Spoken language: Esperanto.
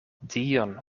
dion